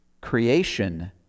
creation